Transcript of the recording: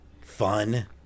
fun